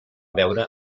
veure